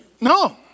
no